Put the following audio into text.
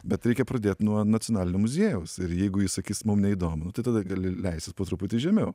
bet reikia pradėt nuo nacionalinio muziejaus ir jeigu jis sakys mum neįdomu nu tai tada gali leistis po truputį žemiau